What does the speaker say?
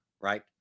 right